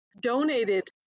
donated